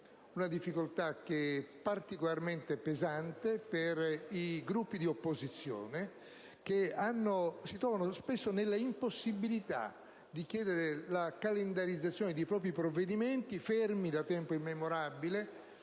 difficoltà particolarmente pesante per i Gruppi di opposizione, che si trovano spesso nella impossibilità di chiedere la calendarizzazione di propri provvedimenti, fermi in Commissione da tempo immemorabile